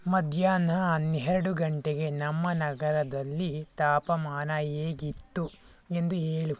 ಮಧ್ಯಾಹ್ನ ಹನ್ನೆರಡು ಗಂಟೆಗೆ ನಮ್ಮ ನಗರದಲ್ಲಿ ತಾಪಮಾನ ಹೇಗಿತ್ತು ಎಂದು ಹೇಳು